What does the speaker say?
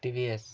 TVS